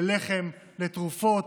ללחם, לתרופות,